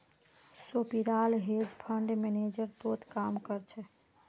सोपीराल hedge fund manager तोत काम कर छ